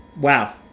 Wow